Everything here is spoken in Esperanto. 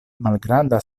malgranda